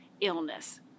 illness